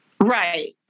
Right